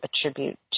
attribute